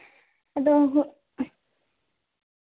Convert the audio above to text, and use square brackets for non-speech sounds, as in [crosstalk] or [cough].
ᱟᱫᱚ [unintelligible]